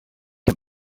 heb